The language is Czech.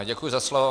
Děkuji za slovo.